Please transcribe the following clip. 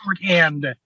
shorthand